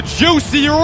juicy